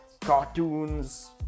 cartoons